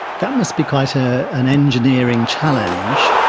that must be quite ah an engineering challenge.